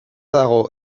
dago